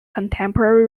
contemporary